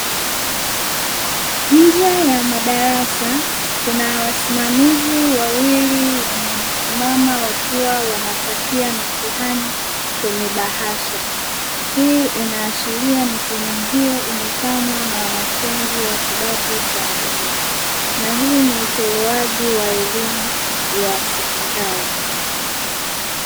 Nje ya madarasa kuna wasimamizi wawili wamesimama wakiwa wanapakia mitihani kwenye bahasha. Hii inaashiria mitihani hii imefanywa na wanafunzi wa kidato cha nne; hii inaonyesha utolewaji wa elimu ya sekondari.